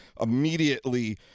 immediately